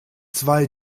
zwei